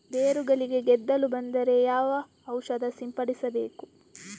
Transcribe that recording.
ಬೇರುಗಳಿಗೆ ಗೆದ್ದಲು ಬಂದರೆ ಯಾವ ಔಷಧ ಸಿಂಪಡಿಸಬೇಕು?